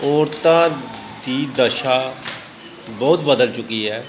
ਔਰਤਾਂ ਦੀ ਦਸ਼ਾ ਬਹੁਤ ਬਦਲ ਚੁੱਕੀ ਹੈ